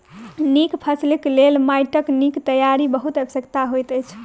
नीक फसिलक लेल माइटक नीक तैयारी बहुत आवश्यक होइत अछि